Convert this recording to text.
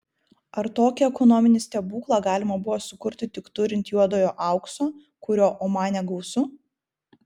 ar tokį ekonominį stebuklą galima buvo sukurti tik turint juodojo aukso kurio omane gausu